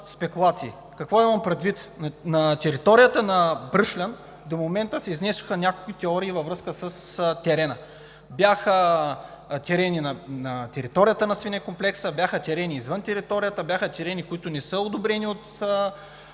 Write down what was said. Какво имам предвид? На територията на Бръшлен до момента се изнесоха няколко теории във връзка с терена. Бяха терени на територията на свинекомплекса, бяха терени извън територията, бяха терени, които не са одобрени от Басейнова